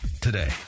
today